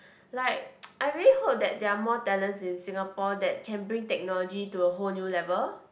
like I really hope that there are more talents in Singapore that can bring technology to a whole new level